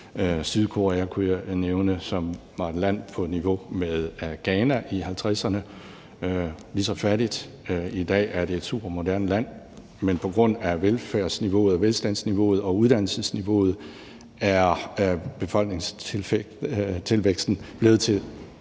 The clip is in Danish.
Sydkorea, som i 1950'erne var et land på niveau med Ghana, lige så fattigt, og i dag er det et supermoderne land. Men på grund af velfærdsniveauet og velstandsniveauet og uddannelsesniveauet er befolkningstilvæksten blevet til